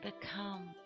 become